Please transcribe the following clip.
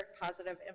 positive